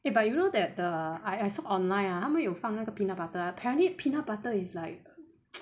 eh but you know that the I I saw online ah 他们有放那个 peanut butter apparently peanut butter is like